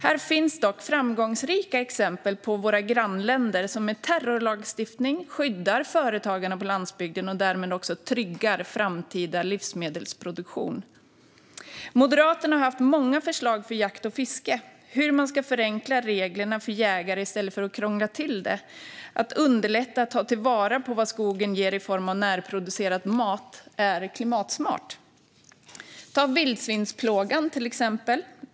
Det finns dock framgångsrika exempel i våra grannländer, som med terrorlagstiftning skyddar företagarna på landsbygden och därmed också tryggar framtida livsmedelsproduktion. Moderaterna har haft många förslag för jakt och fiske. Det handlar om hur man ska förenkla reglerna för jägare i stället för att krångla till det. Att underlätta när det gäller att ta till vara vad skogen ger i form av närproducerad mat är klimatsmart. Ta vildsvinsplågan, till exempel!